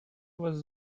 was